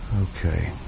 Okay